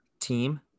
team